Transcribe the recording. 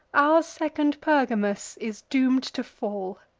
our second pergamus is doom'd to fall?